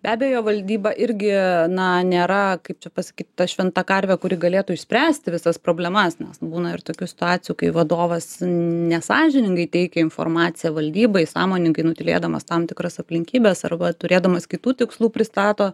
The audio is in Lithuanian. be abejo valdyba irgi na nėra kaip čia pasakyt ta šventa karvė kuri galėtų išspręsti visas problemas nes nu būna ir tokių situacijų kai vadovas nesąžiningai teikė informaciją valdybai sąmoningai nutylėdamas tam tikras aplinkybes arba turėdamas kitų tikslų pristato